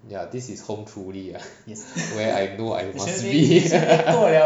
ya this is home truly ah where I know I possibly